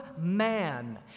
man